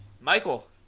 Michael